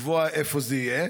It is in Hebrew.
לקבוע איפה זה יהיה?